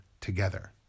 together